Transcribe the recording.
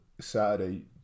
Saturday